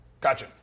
Gotcha